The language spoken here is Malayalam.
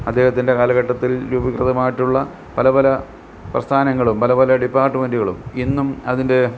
അദ്ദേഹത്തിൻ്റെ കാലഘട്ടത്തിൽ രൂപീകൃതമായിട്ടുള്ള പല പല പ്രസ്ഥാനങ്ങളും പല പല ഡിപ്പാർട്ട്മെൻ്റുകളും ഇന്നും അതിൻ്റെ